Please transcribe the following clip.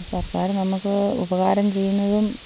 സർക്കാർ നമുക്ക് ഉപകാരം ചെയ്യുന്നതും